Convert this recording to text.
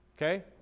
Okay